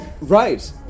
Right